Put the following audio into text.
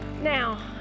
now